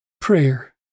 prayer